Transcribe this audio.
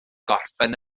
gorffen